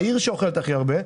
העיר שאוכלת הכי הרבה,